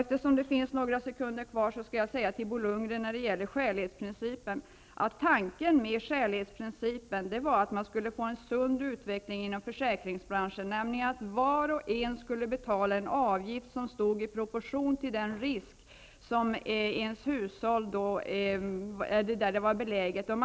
Eftersom jag har några sekunder kvar av taletiden skall jag säga till Bo Lundgren att tanken med skälighetsprincipen var att man skulle få till stånd en sund utveckling inom försäkringsbranschen innebärande att var och en skulle betala en avgift i proportion till risken med hänsyn till hushållets belägenhet.